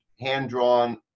hand-drawn